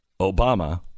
Obama